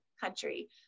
country